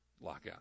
lockout